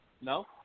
no